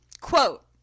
Quote